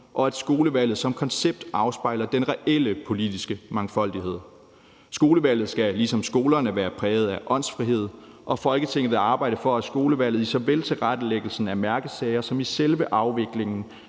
og at skolevalget som koncept afspejler den reelle politiske mangfoldighed. Skolevalget skal, ligesom skolerne, være præget af åndsfrihed, og Folketinget vil arbejde for, at skolevalget, i såvel tilrettelæggelsen af mærkesager som i selve afviklingen,